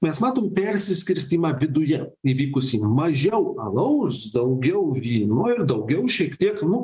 mes matom persiskirstymą viduje įvykusį mažiau alaus daugiau vyno ir daugiau šiek tiek nu